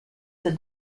the